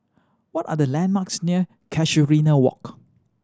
what are the landmarks near Casuarina Walk